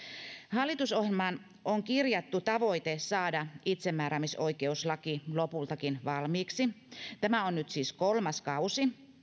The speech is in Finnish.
hallitusohjelmaan on kirjattu tavoite saada itsemääräämisoikeuslaki lopultakin valmiiksi tämä on nyt siis kolmas kausi